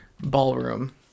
ballroom